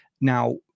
Now